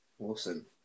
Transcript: Awesome